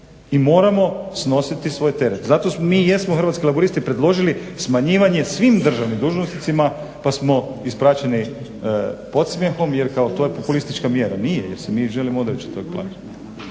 i moramo snositi svoj teret. Zato mi jesmo Hrvatski laburisti predložili smanjivanje svim državnim dužnosnicima pa smo ispraćeni podsmjehom jer to je kao populistička mjera. Nije, jer se mi želimo odreći te plaće.